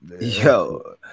Yo